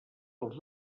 dels